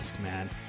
man